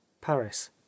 paris